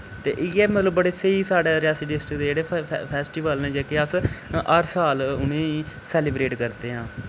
ते इ'यै मतलब बड़े स्हेई साढ़े रेयासी डिस्ट्रिक्ट दे जेह्ड़े फ फ फैस्टिवल न जेह्के अस हर साल उनेंईं सेलिब्रेट करदे आं